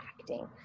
acting